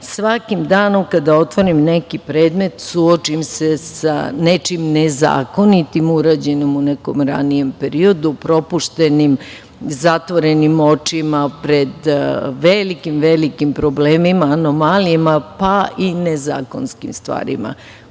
svakim danom kada otvorim neki predmet suočim se sa nečim nezakonitim urađenim u nekom ranijem periodu, propuštenim, zatvorenim očima pred velikim, velikim problemima, anomalijama, pa i nezakonskim stvarima